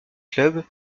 club